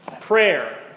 Prayer